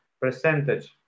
percentage